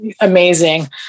amazing